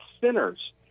sinners